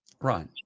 Right